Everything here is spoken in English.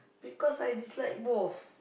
because I dislike both